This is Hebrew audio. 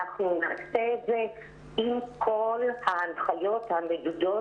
נעשה את זה עם כל ההנחיות המדודות